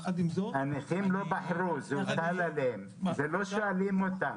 הנכים לא בחרו, זה הוטל עליהם, ולא שואלים אותם.